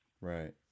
right